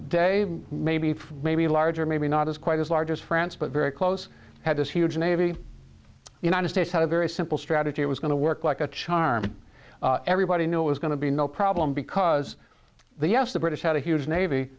day maybe five maybe larger maybe not as quite as large as france but very close had this huge navy united states had a very simple strategy it was going to work like a charm everybody knew it was going to be no problem because the us the british had a huge navy